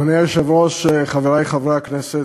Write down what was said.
אדוני היושב-ראש, חברי חברי הכנסת,